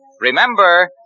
Remember